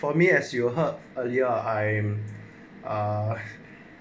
for me as you heard earlier I'm ah